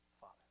Father